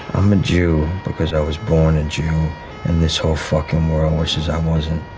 i'm a jew because i was born a jew and this whole fucking world wishes i wasn't.